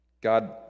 God